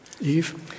Eve